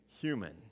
human